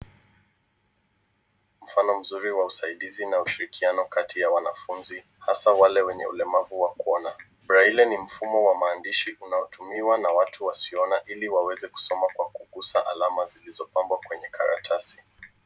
Mfano mzuri wa usaidizi na ushirikiano kati ya wanafunzi hasa wale wenye ulemavu wa kuona. Breli ni mfumo wa maandishi unaotumiwa na watu wasiona ili waweze kusoma kwa kukuza alama zilizopambwa kwenye karatasi.